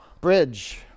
Bridge